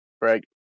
right